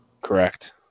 Correct